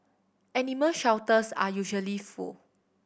animal shelters are usually full